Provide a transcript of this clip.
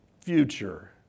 future